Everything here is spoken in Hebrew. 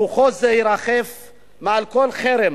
ברוח זו ירחף מעל כל חרם,